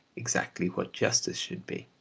exactly what justice should be.